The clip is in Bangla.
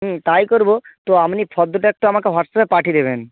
হুম তাই করবো তো আপনি ফর্দটা একটু আমাকে হোয়াটসঅ্যাপে পাঠি দেবেন